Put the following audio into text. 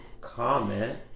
comment